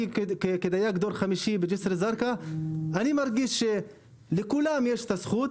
כדייג בדור חמישי בג'סר א-זרקא אני מרגיש שלכולם יש את הזכות,